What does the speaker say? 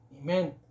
Amen